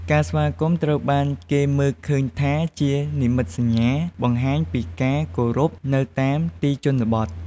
ការស្វាគមន៍ ត្រូវបានគេមើលឃើញថាជានិមិត្តសញ្ញាបង្ហាញពីការគោរពនៅតាមទីជនបទ។